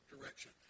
direction